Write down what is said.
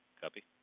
copy.